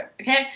okay